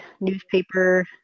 newspaper